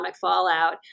fallout